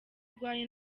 urwaye